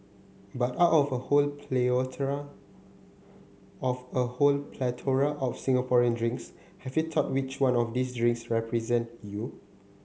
but out of a whole of a whole plethora of Singaporean drinks have you thought which one of these drinks represent you